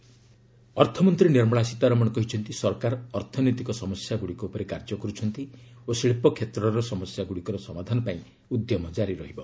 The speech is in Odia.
ଏଫ୍ଏମ୍ ବ୍ରିଫିଙ୍ଗ୍ ଅର୍ଥମନ୍ତ୍ରୀ ନିର୍ମଳା ସୀତାରମଣ କହିଛନ୍ତି ସରକାର ଅର୍ଥନୈତିକ ସମସ୍ୟାଗୁଡ଼ିକ ଉପରେ କାର୍ଯ୍ୟ କରୁଛନ୍ତି ଓ ଶିଳ୍ପ କ୍ଷେତ୍ରର ସମସ୍ୟାଗୁଡ଼ିକର ସମାଧାନ ପାଇଁ ଉଦ୍ୟମ ଜାରି ରହିବ